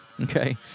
Okay